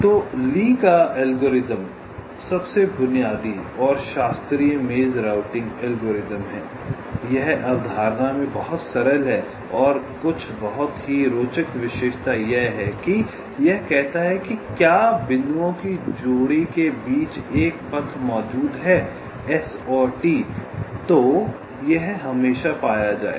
तो ली का एल्गोरिथ्म सबसे बुनियादी और शास्त्रीय मेज़ राउटिंग एल्गोरिथ्म है यह अवधारणा में बहुत सरल है और कुछ बहुत ही रोचक विशेषता यह है कि यह कहता है कि क्या बिंदुओं की जोड़ी के बीच एक पथ मौजूद है S और T तो यह हमेशा पाया जाएगा